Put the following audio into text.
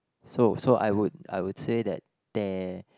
so so I would I would say that there